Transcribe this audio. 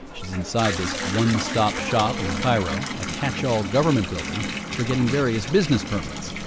she's inside this one stop shop in cairo a catch-all government building for getting various business permits.